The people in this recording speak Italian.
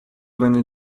venne